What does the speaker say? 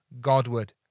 Godward